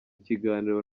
kiganiro